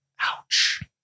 ouch